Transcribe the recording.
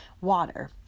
water